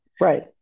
Right